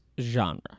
genre